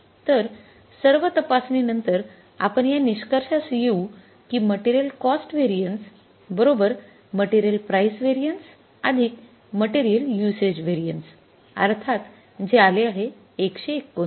तर सर्व तपासणी नंतर आपण या निष्कर्षास येऊ कि material cost variance material price variance material usage variance अर्थात जे आले आहे १२९